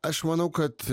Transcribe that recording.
aš manau kad